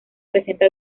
presenta